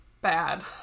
bad